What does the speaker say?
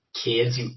kids